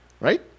right